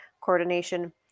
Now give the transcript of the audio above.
coordination